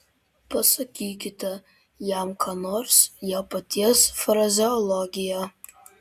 pasakykite jam ką nors jo paties frazeologija